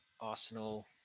Arsenal